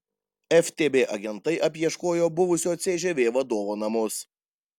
ftb agentai apieškojo buvusio cžv vadovo namus